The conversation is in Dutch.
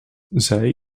zij